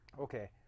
Okay